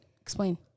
Explain